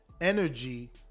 energy